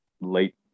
late